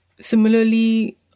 Similarly